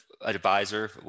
advisor